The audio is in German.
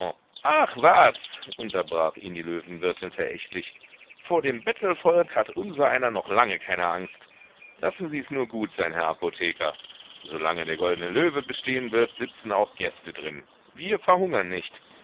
ach was unterbrach ihn die löwenwirtin verächtlich vor dem bettelvolk hat unsereiner noch lange keine angst lassen sies nur gut sein herr apotheker solange der goldne löwe bestehen wird sitzen auch gäste drin wir verhungern nicht